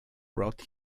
brought